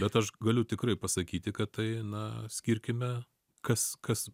bet aš galiu tikrai pasakyti kad tai na skirkime kas kas